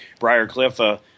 Briarcliff